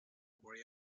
worry